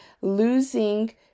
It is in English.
losing